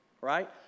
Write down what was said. right